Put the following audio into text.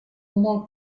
molt